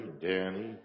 Danny